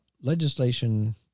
legislation